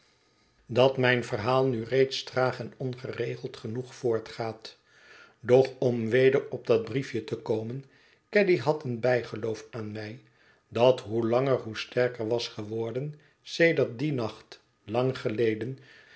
dat mijn verhaal nu reeds traag en ongeregeld genoeg voortgaat doch om weder op dat briefje té komen caddy had een bijgeloof aan mij dat hoe langer hoe sterker was geworden sedert dien nacht lang geleden